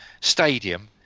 stadium